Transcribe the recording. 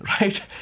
Right